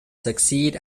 succeed